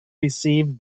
received